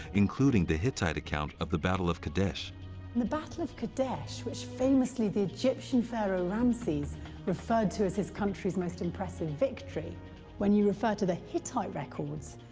including the hittite account of the battle of kadesh. in the battle of kadesh, which famously the egyptian pharaoh ramses referred to as his country's most impressive victory when you refer to the hittite records,